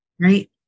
Right